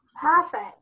Perfect